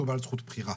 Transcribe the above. אותו בעל זכות בחירה,